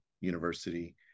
University